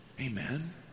Amen